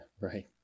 right